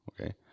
Okay